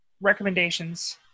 recommendations